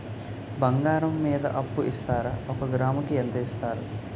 బంగారం మీద అప్పు ఇస్తారా? ఒక గ్రాము కి ఎంత ఇస్తారు?